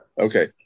okay